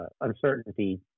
uncertainty